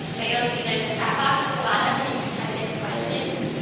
but you'll see there's a chat box at the bottom and you can type in questions.